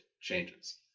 changes